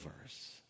verse